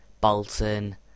Bolton